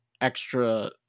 extra